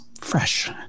fresh